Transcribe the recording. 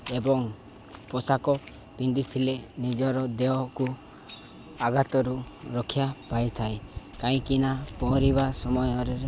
ଏବଂ ପୋଷାକ ପିନ୍ଧିଥିଲେ ନିଜର ଦେହକୁ ଆଘାତରୁ ରକ୍ଷା ପାଇଥାଏ କାହିଁକିନା ପହଁରିବା ସମୟରେ